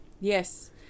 Yes